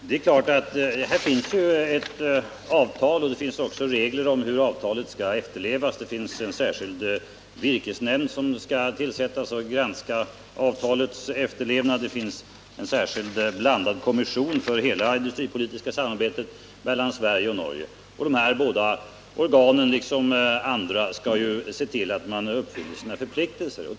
Herr talman! Här finns ju ett avtal, och det finns också regler om hur avtalet skall efterlevas. En särskild virkesnämnd skall tillsättas. Det finns dessutom ens.k. blandad kommission för hela det industripolitiska samarbetet mellan Sverige och Norge. Dessa båda organ liksom andra skall ju se till att parterna uppfyller sina förpliktelser.